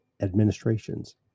administrations